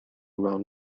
run